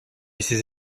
ses